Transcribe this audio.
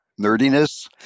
nerdiness